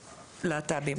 הלהט"בים,